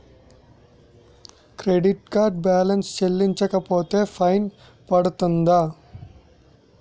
Credit card balance చెల్లించకపోతే fine పడ్తుంద?